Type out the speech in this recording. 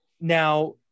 now